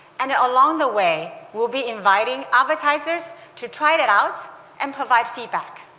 and along the way we'll be innovating advertisers to try it it out and provide feedback.